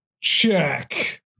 check